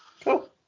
Cool